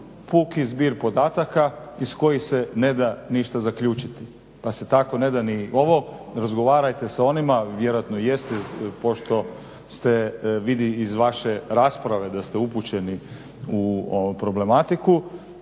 puki zbir podataka iz kojih se neda ništa zaključiti pa se tako neda ni ovo. Razgovarajte sa onima, vjerojatno i jeste pošto se vidi iz vaše rasprave da ste upućeni u problematiku.